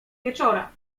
wieczora